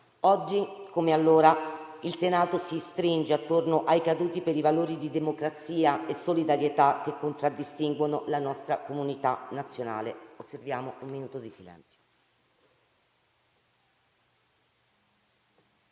Oggi, come allora, il Senato si stringe attorno ai caduti per i valori di democrazia e solidarietà che contraddistinguono la nostra comunità nazionale. Osserviamo un minuto di silenzio.